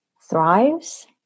thrives